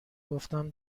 گفتم